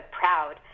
proud